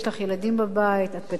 את בטח לא תוכלי להישאר.